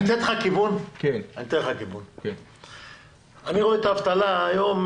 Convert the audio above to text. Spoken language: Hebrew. אני רואה את האבטלה היום,